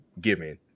given